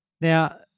Now